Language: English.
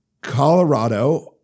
Colorado